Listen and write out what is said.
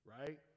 right